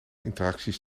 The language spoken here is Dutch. interacties